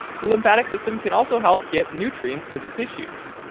the lymphatic system can also help get nutrients to the tissues.